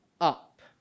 up